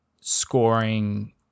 scoring